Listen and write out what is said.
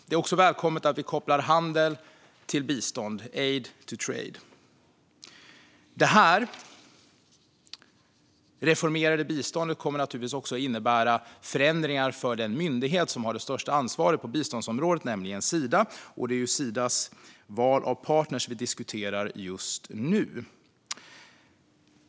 Det är också välkommet att vi kopplar handel till bistånd, aid to trade. Det reformerade biståndet kommer givetvis också att innebära förändringar för den myndighet som har det största ansvaret på biståndsområdet, nämligen Sida, och det är ju Sidas val av partner vi diskuterar nu.